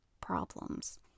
problems